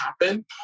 happen